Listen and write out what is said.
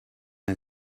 and